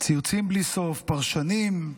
ציוצים בלי סוף, פרשנים.